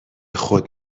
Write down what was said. خود